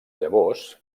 llavors